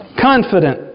confident